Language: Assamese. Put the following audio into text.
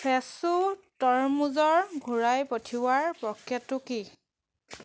ফ্ৰেছো তৰমুজৰ ঘূৰাই পঠিওৱাৰ প্ৰক্ৰিয়াটো কি